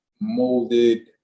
molded